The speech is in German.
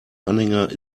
anhänger